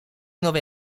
nove